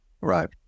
Right